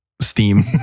Steam